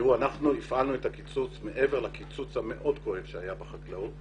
אנחנו הפעלנו את הקיצוץ מעבר לקיצוץ המאוד כואב שהיה בחקלאות.